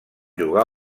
jugar